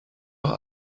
noch